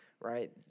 right